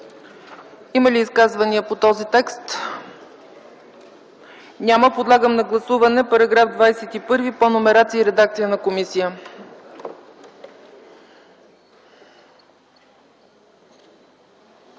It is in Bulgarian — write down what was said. Има ли изказвания по този текст? Няма. Подлагам на гласуване § 21 по номерация и редакция на комисията.